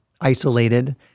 isolated